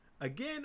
again